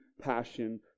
passion